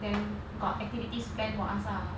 then got activities planned for us lah